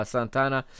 Santana